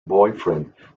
boyfriend